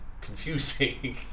confusing